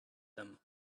them